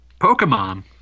pokemon